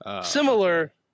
Similar